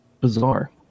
Bizarre